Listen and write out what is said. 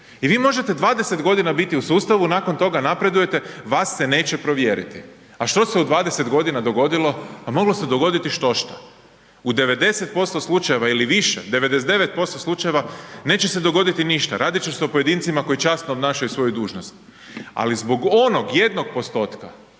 i vi možete 20.g. biti u sustavu, nakon toga napredujete, vas se neće provjeriti. A što se u 20.g. dogodilo? Pa moglo se dogoditi štošta. U 90% slučajeva ili više, 99% slučajeva neće se dogoditi ništa, radit će se o pojedincima koji časno obnašaju svoju dužnost, ali zbog onog jednog postotka